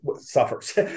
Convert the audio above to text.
suffers